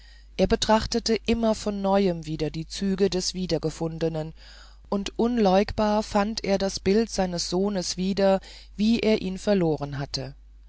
er betrachtete immer von neuem wieder die züge des wiedergefundenen und unleugbar fand er das bild seines sohnes wieder wie er ihn verloren hatte